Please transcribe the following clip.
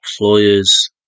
employers